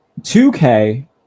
2K